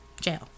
Jail